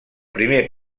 primer